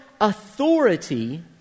authority